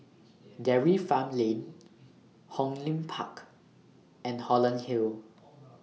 Dairy Farm Lane Hong Lim Park and Holland Hill